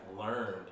learned